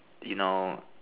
you know